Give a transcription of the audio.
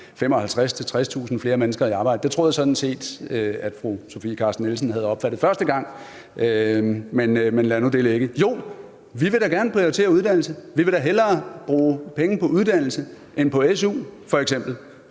55.000-60.000 flere mennesker i arbejde. Det troede jeg sådan set at fru Sofie Carsten Nielsen havde opfattet første gang, men lad nu det ligge. Jo, vi vil da gerne prioritere uddannelse. Vi vil da hellere bruge penge på uddannelse end på SU